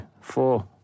four